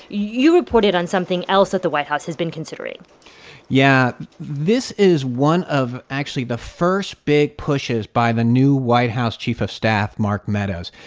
you reported on something else that the white house has been considering yeah. this is one of actually the first big pushes by the new white house chief of staff, mark meadows.